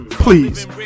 Please